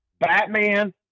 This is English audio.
Batman